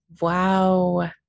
Wow